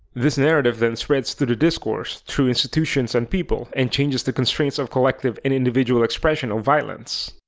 this narrative then spreads through the discourse, through institutions and people, and changes the constraints of collective and individual expression of violence.